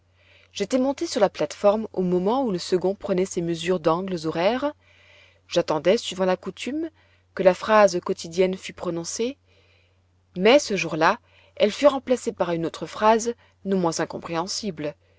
j'étais monté sur la plate-forme au moment où le second prenait ses mesures d'angles horaires j'attendais suivant la coutume que la phrase quotidienne fût prononcée mais ce jour-là elle fut remplacée par une autre phrase non moins incompréhensible